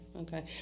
Okay